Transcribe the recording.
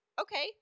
okay